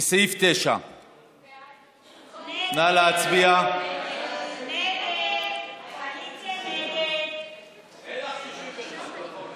לסעיף 9. ההסתייגות (6) של קבוצת סיעת הרשימה המשותפת,